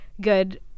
good